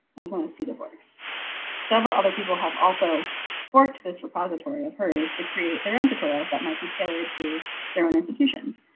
i just want to see the boys several other people have also forked this repository of hers to create their own tutorials that might be tailored to their own institutions.